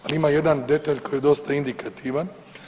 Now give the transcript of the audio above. Ali ima jedan detalj koji je dosta indikativan.